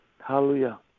Hallelujah